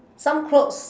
some clothes